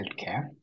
healthcare